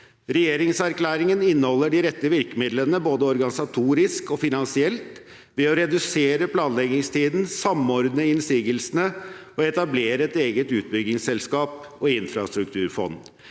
Regjeringserklæringen inneholder de rette virkemidlene både organisatorisk og finansielt ved å redusere planleggingstiden, samordne innsigelsene og etablere et eget utbyggingsselskap og infrastrukturfond.